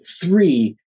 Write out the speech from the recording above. three